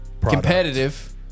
Competitive